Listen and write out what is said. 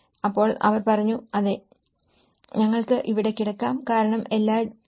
അപ്പോൾ അവർ പറഞ്ഞു അതെ ഞങ്ങൾ കൂടുതലും ഇവിടെയാണ് ഉറങ്ങുന്നത് തീരപ്രദേശമായതിനാൽ ഞങ്ങൾക്ക് അവിടെ കിടക്കാം